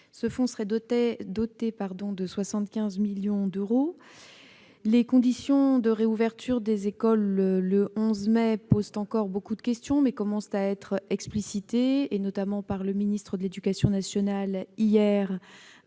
Ce fonds serait doté de 75 millions d'euros. Les conditions de réouverture des écoles, le 11 mai, suscitent encore beaucoup de questions, mais elles commencent à être explicitées. Le ministre de l'éducation nationale a